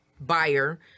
buyer